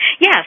Yes